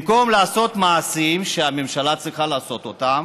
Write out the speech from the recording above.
במקום לעשות מעשים שהממשלה צריכה לעשות אותם,